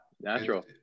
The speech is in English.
Natural